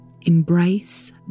Embrace